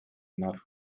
not